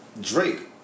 Drake